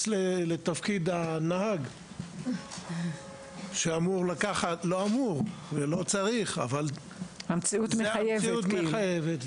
לתפקיד הנהג שלוקח ומביא כי המציאות מחייבת זאת.